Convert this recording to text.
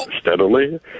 steadily